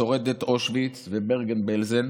שורדת אושוויץ וברגן-בלזן,